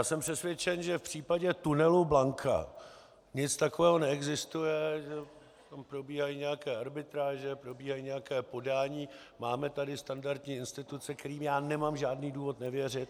Jsem přesvědčen, že v případě tunelu Blanka nic takového neexistuje, že tam probíhají nějaké arbitráže, probíhají nějaká podání, máme tady standardní instituce, kterým nemám žádný důvod nevěřit.